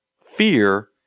fear